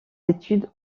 études